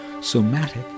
somatic